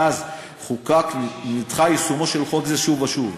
מאז חוקק, נדחה יישומו של חוק זה שוב ושוב.